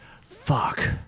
Fuck